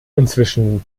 inzwischen